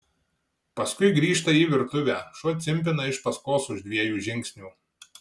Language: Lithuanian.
paskui grįžta į virtuvę šuo cimpina iš paskos už dviejų žingsnių